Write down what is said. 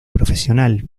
profesional